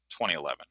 2011